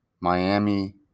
Miami